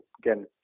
again